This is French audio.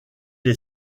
est